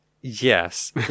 yes